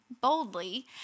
boldly